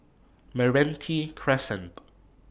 Meranti Crescent